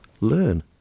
learn